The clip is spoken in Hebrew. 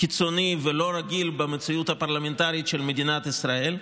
קיצוני ולא רגיל במציאות הפרלמנטרית של מדינת ישראל.